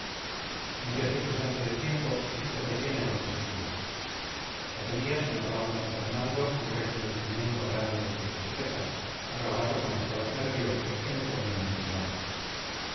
no te asustes antes de tiempo y fíjate bien en lo que escribo hace días que notábamos en fernando un recrudecimiento grande de sus tristezas agravado con estados nerviosos que me ponían en cuidado